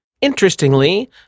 Interestingly